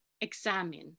examine